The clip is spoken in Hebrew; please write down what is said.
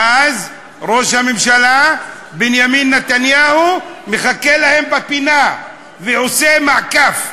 ואז ראש הממשלה בנימין נתניהו מחכה להם בפינה ועושה מעקף,